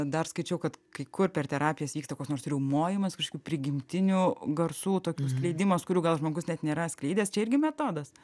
dar skaičiau kad kai kur per terapijas vyksta koks nors riaumojimas kažkokių prigimtinių garsų tokių skleidimas kurių gal žmogus net nėra atskleidęs čia irgi metodas